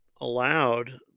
allowed